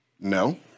No